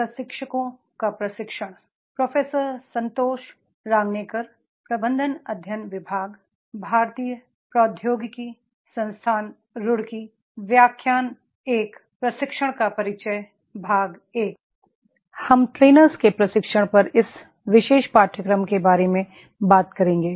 हम प्रशिक्षकों के प्रशिक्षण पर इस विशेष पाठ्यक्रम के बारे में बात करेंगे